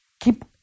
keep